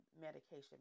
medication